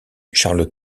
charles